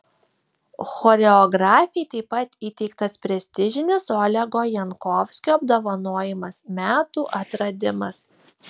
choreografei taip pat įteiktas prestižinis olego jankovskio apdovanojimas metų atradimas